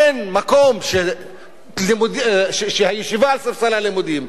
אין מקום שהישיבה על ספסל הלימודים,